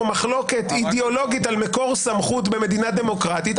מחלוקת אידיאולוגית על מקור הסמכות במדינה דמוקרטית.